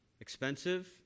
expensive